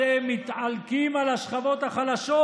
אתם מתעלקים על השכבות החלשות.